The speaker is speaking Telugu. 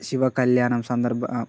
శివ కళ్యాణం సందర్భంగా